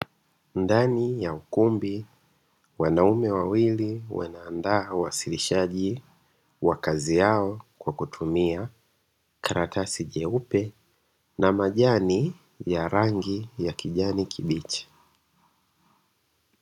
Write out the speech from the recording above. Ndani ya ukumbi wanaume wawili wanaandaa uwasilishaji wa kazi yao kwa kutumia karatasi jeupe na majani ya rangi ya kijani kibichi.